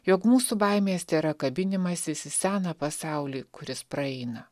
jog mūsų baimės tėra kabinimasis į seną pasaulį kuris praeina